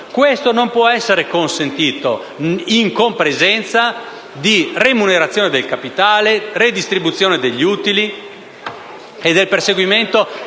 Questo non può essere consentito in compresenza di remunerazioni del capitale, redistribuzione degli utili e perseguimento